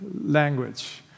language